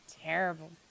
Terrible